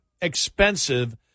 expensive